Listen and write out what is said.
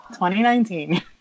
2019